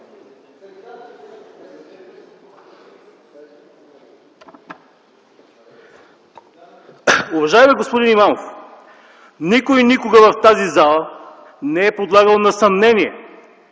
Уважаеми господин Имамов, никой никога в тази зала не е подлагал на съмнение